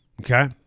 okay